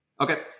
Okay